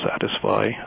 satisfy